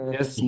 Yes